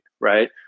right